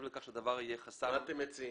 מה אתם מציעים?